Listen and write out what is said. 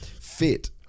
fit